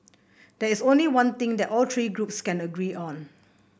there is only one thing that all three groups can agree on